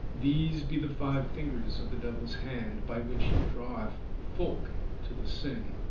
these be the five fingers of the devil's hand, by which he draweth folk to the sin.